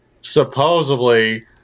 supposedly